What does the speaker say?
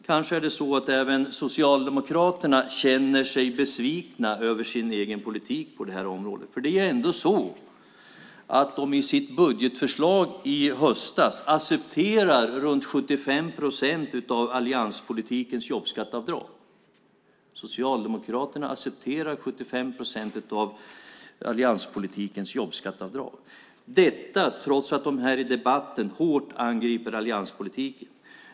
Kanske känner sig även Socialdemokraterna besvikna över sin egen politik på det här området, för det är ändå så att de i sitt budgetförslag i höstas accepterade runt 75 procent av allianspolitikens jobbskatteavdrag. Socialdemokraterna accepterar 75 procent av allianspolitikens jobbskatteavdrag trots att de här i debatten hårt angriper allianspolitiken.